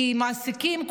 כי המעסיקים,